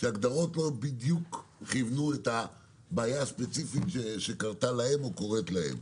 כשההגדרות לא בדיוק כיוונו את הבעיה הספציפית שקרתה להם או קורית להם.